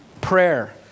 prayer